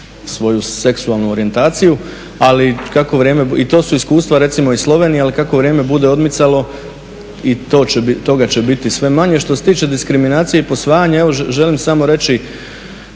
svoju seksualnu orijentaciju. Ali kako vrijeme i to su iskustva recimo iz Slovenije, ali kako vrijeme bude odmicalo i toga će biti sve manje. Što se tiče diskriminacije i posvajanja, ja vam želim samo reći